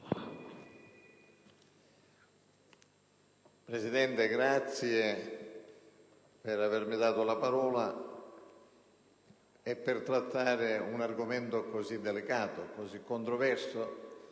Presidente, la ringrazio per avermi dato la parola per trattare un argomento così delicato e controverso,